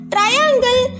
Triangle